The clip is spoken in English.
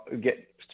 get